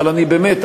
אבל באמת,